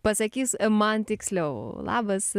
pasakys man tiksliau labas